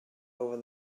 over